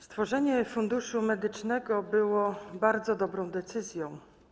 Stworzenie Funduszu Medycznego było bardzo dobrą decyzją.